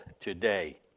today